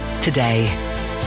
today